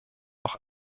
auch